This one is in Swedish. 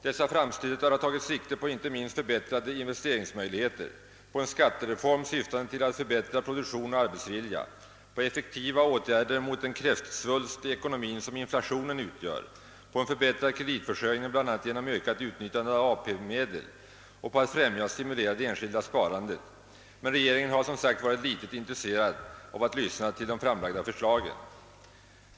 Dessa framstötar har tagit sikte icke minst på förbättrade investeringsmöjligheter, på en skattereform syftande till att förbättra produktion och arbetsvilja, på effektiva åtgärder mot den kräftsvulst i ekonomin som inflationen utgör, på en förbättrad kreditförsörjning, bl.a. genom ökat utnyttjande av AP-medel, och på att främja och stimulera det enskilda sparandet, men regeringen har, som sagt, varit föga intresserad av att lyssna till de framlagda förslagen.